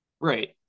right